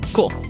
Cool